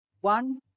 one